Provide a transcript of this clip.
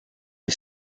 les